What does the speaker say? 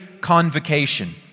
convocation